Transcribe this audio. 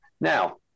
Now